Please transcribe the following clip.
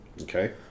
Okay